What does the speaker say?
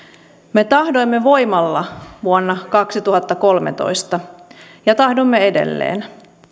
me tahdoimme voimalla vuonna kaksituhattakolmetoista ja tahdomme edelleen